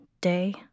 day